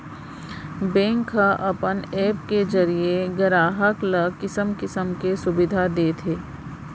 bank ह अपन app के जरिये गराहक ल किसम किसम के सुबिधा देत हे